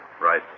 Right